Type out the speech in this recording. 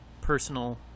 personal